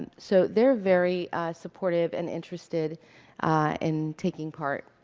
and so, they're very supportive and interested in taking part.